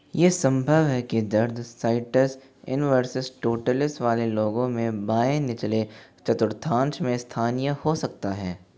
ये संभव है कि दर्द साइटस इनवर्सस टोटलिस वाले लोगों में बाएँ निचले चतुर्थांश में स्थानीय हो सकता है